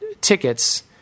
tickets